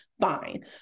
fine